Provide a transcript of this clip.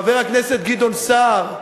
חבר הכנסת גדעון סער,